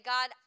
God